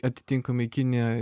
atitinkamai į kiniją